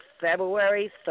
February